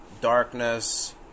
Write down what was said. darkness